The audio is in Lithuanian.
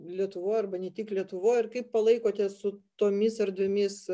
lietuvoj arba ne tik lietuvoj ir kaip palaikote su tomis erdvėmis